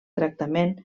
tractament